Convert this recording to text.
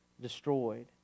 destroyed